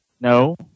no